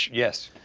yes.